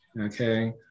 okay